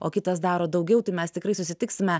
o kitas daro daugiau tai mes tikrai susitiksime